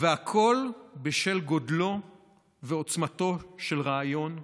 והכול בשל גודלו ועוצמתו של רעיון,